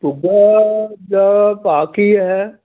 ਭੁੱਗਾ ਦਾ ਭਾਅ ਕੀ ਹੈ